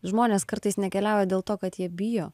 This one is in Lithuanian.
žmonės kartais nekeliauja dėl to kad jie bijo